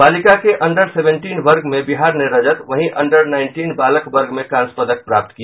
बालिका के under seventeen वर्ग में बिहार ने रजत वहीं अंडर नाईंटीन बालक वर्ग में कांस्य पदक प्राप्त किया